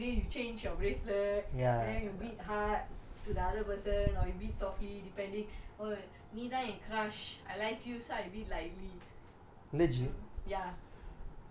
no but it's not like a daily thing like everyday you change your bracelet and then you beat hard to the other person or you beat softly depending நீ தான் என்:nee thaan en crush I like you so I beat lightly